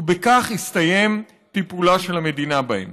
ובכך הסתיים טיפולה של המדינה בהם.